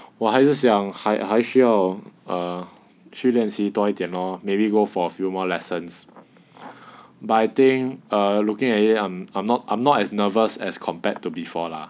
我还是想还还需要 err 去练习多一点 lor maybe go for a few more lessons but I think err looking at it I'm not I'm not as nervous as compared to before lah